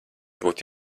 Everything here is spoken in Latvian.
būtu